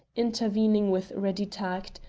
intervening with ready tact,